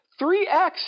3X